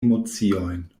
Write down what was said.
emociojn